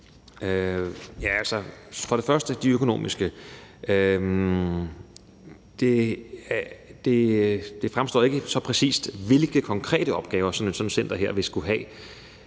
til. Først er der det økonomiske. Det fremstår ikke så præcist, hvilke konkrete opgaver et sådant center her ville skulle have,